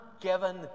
given